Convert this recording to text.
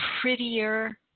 prettier